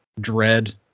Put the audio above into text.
dread